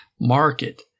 market